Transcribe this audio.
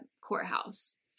courthouse